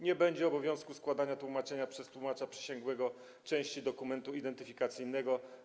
Nie będzie obowiązku składania tłumaczenia przez tłumacza przysięgłego części dokumentu identyfikacyjnego.